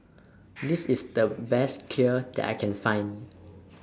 This IS The Best Kheer that I Can Find